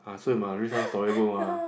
ah so you must read some storybook mah